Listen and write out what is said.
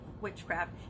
witchcraft